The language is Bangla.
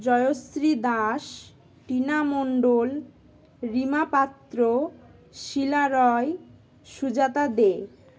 জয়শ্রী দাস টিনা মণ্ডল রিমা পাত্র শীলা রয় সুজাতা দে